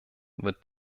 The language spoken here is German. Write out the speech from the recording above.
wird